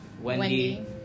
wendy